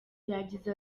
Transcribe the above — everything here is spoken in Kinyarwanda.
yagize